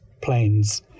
planes